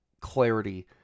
clarity